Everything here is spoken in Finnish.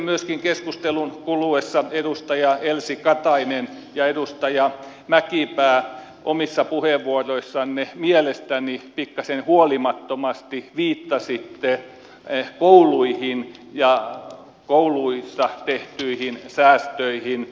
myöskin keskustelun kuluessa edustaja elsi katainen ja edustaja mäkipää omissa puheenvuoroissanne mielestäni pikkasen huolimattomasti viittasitte kouluihin ja kouluissa tehtyihin säästöihin